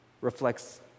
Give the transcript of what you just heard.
reflects